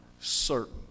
certain